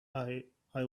i—i